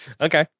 Okay